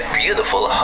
beautiful